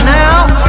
now